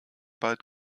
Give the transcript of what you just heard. bald